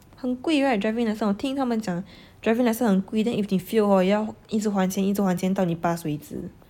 很贵 right driving lesson 我听他们讲 driving lesson 很贵 then if 你 fail hor 要一直还钱一直还钱到你 pass 为止